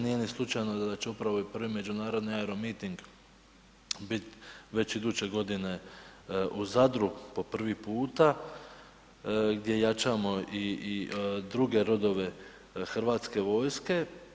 Nije ni slučajno da će upravo i prvi međunarodni aeromiting već iduće godine u Zadru po prvi puta gdje jačamo i druge rodove Hrvatske vojske.